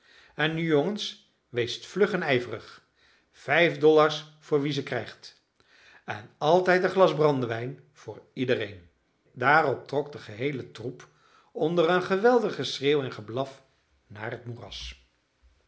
en nu jongens weest vlug en ijverig vijf dollars voor wie ze krijgt en altijd een glas brandewijn voor iedereen daarop trok de geheele troep onder een geweldig geschreeuw en geblaf naar het moeras